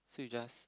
so you just